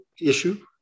issue